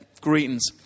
Greetings